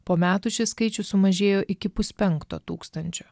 po metų šis skaičius sumažėjo iki puspenkto tūkstančio